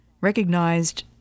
recognized